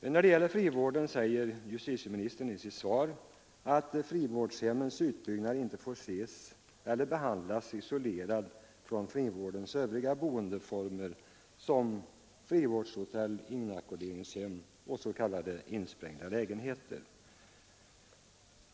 När det gäller frivården säger justitieministern i svaret att familjevårdshemmens utbyggnad inte får behandlas ”isolerad från frivårdens övriga boendeformer såsom frivårdshotell, inackorderingshem och s.k. insprängda lägenheter”.